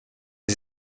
sie